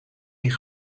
die